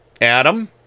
Adam